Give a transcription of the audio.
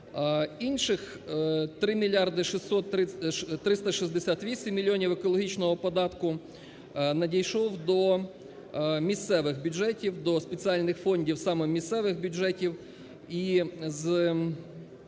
Інших 3 мільярда 368 мільйонів екологічного податку надійшли до місцевих бюджетів до спеціальних фондів саме місцевих бюджетів,